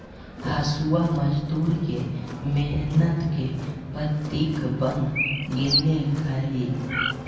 हँसुआ मजदूर के मेहनत के प्रतीक बन गेले हई